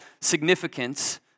significance